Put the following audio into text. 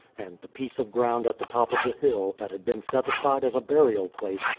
and the piece of ground at the top of the hill, that had been set aside as a burial place,